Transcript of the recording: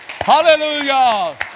Hallelujah